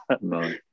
No